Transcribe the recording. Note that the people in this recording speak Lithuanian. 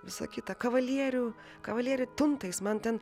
visa kita kavalierių kavalierių tuntais man ten